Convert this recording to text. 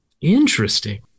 Interesting